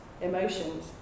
emotions